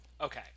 Okay